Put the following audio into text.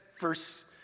verse